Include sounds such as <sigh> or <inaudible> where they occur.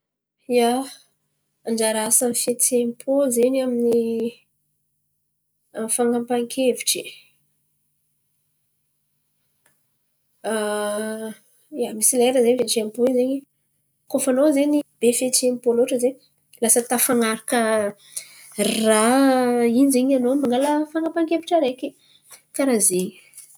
Ia, anjara asan'ny fihetsem-pô zen̈y amin'ny amin'ny fan̈apahan-kevitry, <hesitation> ia, misy lera zen̈y fihetsem-pô io zen̈y koa fa anao zen̈y be fihetsem-pô loatra zen̈y lasa tafan̈araka raha iny zen̈y anao mangala fan̈apahan-kevitry araiky. Karà zen̈y.